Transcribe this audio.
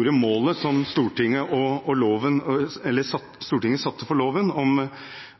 store målet som Stortinget satte for loven, om at den skulle virke med tanke på å bekjempe menneskehandel, slår rapporten fast at Nadheim, senteret som